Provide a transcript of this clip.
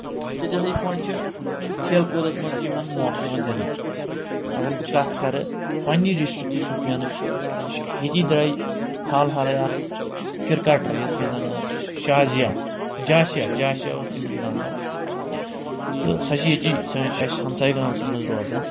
تہٕ تِتھٕے پٲنٛٹھۍ چھِ کھیل کوٗدس منٛز تہِ یِمن موقعہٕ یِوان دِنہٕ اگر بہٕ کتھ کرٕ پنٛنہِ ڈسٹِرٛکٕچ شُپینٕچ ییٚتی درٛاے حال حالے اکھ کرکٹر یۄس گِنٛدان ٲس شازیا جاسیا جاسِیا اوس تٔمِس ناو تہٕ سۄ چھِ ییٚتی سٲنۍ اَسہِ ہمساے گامسٕے منٛز روزان